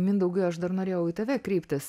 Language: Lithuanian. mindaugai aš dar norėjau į tave kreipis